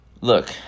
look